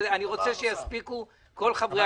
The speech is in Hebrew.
אני רוצה שיספיקו כל חברי הכנסת שנרשמו.